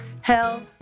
Hell